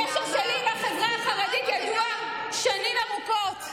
הקשר שלי עם החברה החרדית ידוע שנים ארוכות.